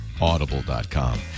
Audible.com